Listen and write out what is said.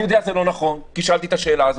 אני יודע שזה לא נכון, כי שאלתי את השאלה הזאת,